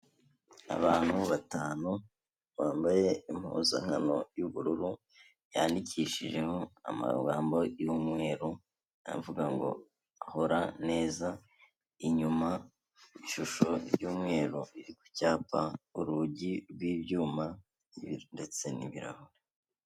Abantu batanu bambaye impuzankano y'ubururu yandikishijemo amagambo y'umweruvuga ngo hora neza, inyuma ishusho y'umweru iri ku cyapa, urugi rw'ibyuma ndetse n'ibirahure.